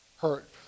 hurt